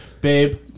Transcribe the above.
babe